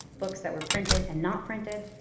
books that were printed and not printed,